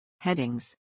Headings